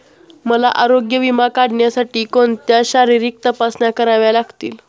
मला आरोग्य विमा काढण्यासाठी कोणत्या शारीरिक तपासण्या कराव्या लागतील?